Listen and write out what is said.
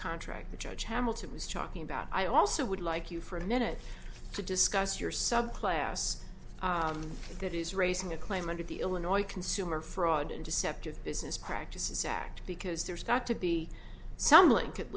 contract the judge hamilton was talking about i also would like you for a minute to discuss your subclass that is raising a claim under the illinois consumer fraud and deceptive business practices act because there's got to be some link at